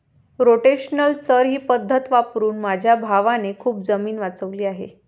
rotational चर ही पद्धत वापरून माझ्या भावाने खूप जमीन वाचवली आहे